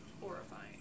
horrifying